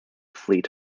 fleet